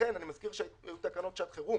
לכן אני מזכיר שהיו תקנות שעת חירום